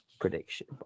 prediction